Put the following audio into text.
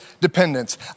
dependence